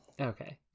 Okay